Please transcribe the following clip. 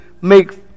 Make